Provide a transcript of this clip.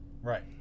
Right